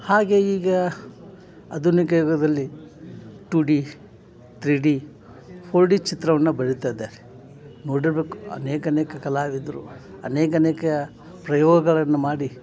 ಹಾಗೇ ಈಗ ಆಧುನಿಕ ಯುಗದಲ್ಲಿ two D three D four D ಚಿತ್ರವನ್ನು ಬರಿತಾಯಿದ್ದಾರೆ ನೋಡಿರಬೇಕು ಅನೇಕ ಅನೇಕ ಕಲಾವಿದರು ಅನೇಕ ಅನೇಕ ಪ್ರಯೋಗಗಳನ್ನು ಮಾಡಿ